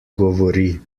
govori